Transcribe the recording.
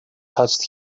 touched